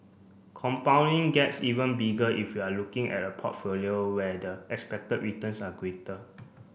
compounding gets even bigger if you're looking at a portfolio where the expected returns are greater